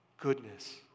goodness